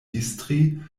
distri